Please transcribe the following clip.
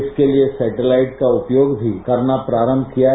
इसके लिए सैटेलाइट का उपयोग भी करना प्रारंभ किया है